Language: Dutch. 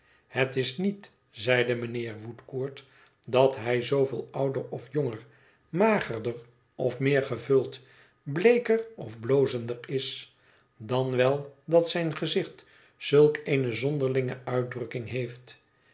het is niet zeide mijnheer woodcourt dat hij zooveel ouder of jonger magerder of meer gevuld bleeker of blozender is dan wel dat zijn gezicht zulk eene zonderlinge uitdrukking heeft